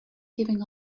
giving